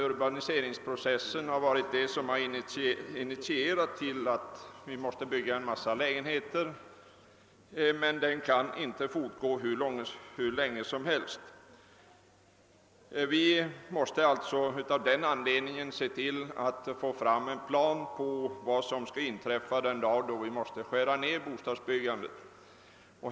Urbaniseringsprocessen, som just har initierat att vi måste bygga en mängd lägenheter, kan inte fortgå hur länge som helst. Vi måste se till att vi får fram en plan för vad som skall göras den dag, då vi måste skära ned bostadsbyggandet.